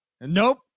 Nope